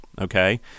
Okay